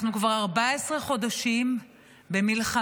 אנחנו כבר 14 חודשים במלחמה